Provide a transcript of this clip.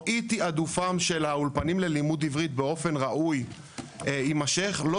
או אי-תעדופם של האולפנים ללימוד עברית באופן לא ראוי יימשך - לא